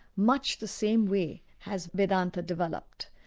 much the same way has vedanta developed.